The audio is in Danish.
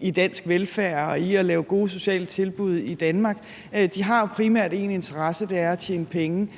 i dansk velfærd og i at lave gode sociale tilbud i Danmark. De har primært én interesse, og det er at tjene penge.